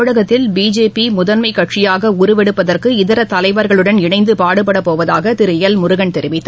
தமிழகத்தில் பிஜேபி முதன்மை கட்சியாக உருவெடுப்பதற்கு இதர தலைவர்களுடன் இணந்து பாடுபடப்போவதாக திரு எல் முருகன் தெரிவித்தார்